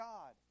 God